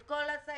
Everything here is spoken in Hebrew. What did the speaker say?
את כל הסייעות,